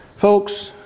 Folks